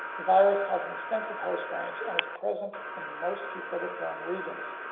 the virus has an extensive host range and is present in most cucurbit growing regions.